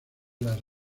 las